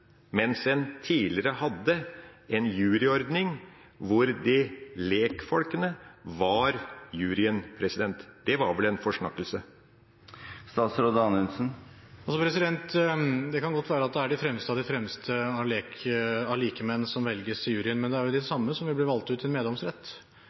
mens en tidligere hadde en juryordning hvor lekfolk var juryen? Det var vel en forsnakkelse? Det kan godt være at det er de fremste av de fremste av likemenn som velges til juryen, men det er de samme som vil bli valgt ut til meddomsrett.